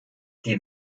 die